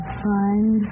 find